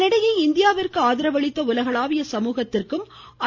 இதனிடையே இந்தியாவிற்கு ஆதரவு அளித்த உலகளாவிய சமூகத்திற்கும் ஐ